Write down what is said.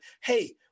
hey